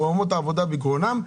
רוממות העבודה בגרונם,